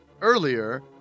earlier